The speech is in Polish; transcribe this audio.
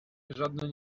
żadne